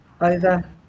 over